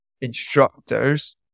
instructors